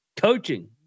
Coaching